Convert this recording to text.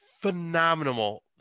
phenomenal